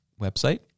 website